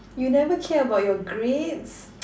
you never care about your grades